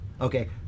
okay